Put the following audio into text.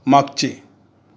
मागचे